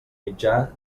mitjà